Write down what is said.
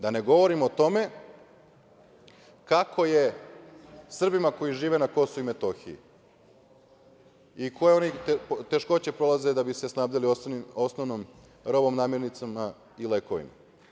Da ne govorim o tome kako je Srbima koji žive na Kosovu i Metohiji i koje oni teškoće prolaze da bi se snabdeli osnovnom robom, namirnicama i lekovima.